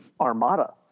Armada